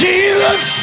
Jesus